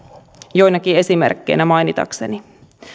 joinakin esimerkkeinä mainitakseni